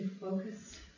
focus